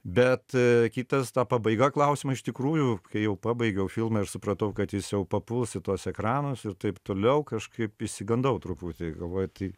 bet kitas ta pabaiga klausimo iš tikrųjų kai jau pabaigiau filmą ir supratau kad jis jau papuls į tuos ekranus ir taip toliau kažkaip išsigandau truputį galvoju tai